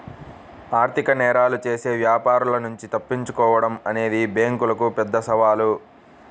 ఆర్థిక నేరాలు చేసే వ్యాపారుల నుంచి తప్పించుకోడం అనేది బ్యేంకులకు పెద్ద సవాలు